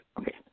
Okay